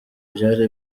byari